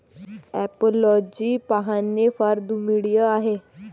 apiology पाहणे फार दुर्मिळ आहे